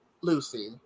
Lucy